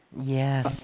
Yes